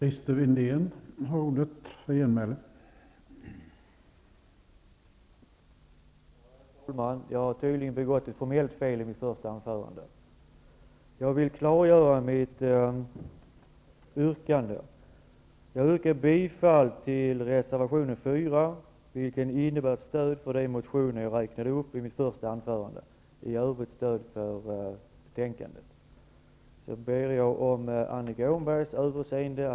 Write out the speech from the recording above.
Herr talman! Jag har tydligen begått ett formellt fel i mitt första anförande. Jag vill klargöra mitt yrkande. Jag yrkar bifall till reservation 4, vilken innebär stöd för de motioner jag räknade upp i mitt huvudanförande. I övrigt yrkar jag bifall till utskottets hemställan.